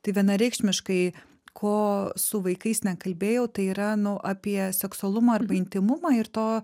tai vienareikšmiškai ko su vaikais nekalbėjau tai yra nu apie seksualumą arba intymumą ir to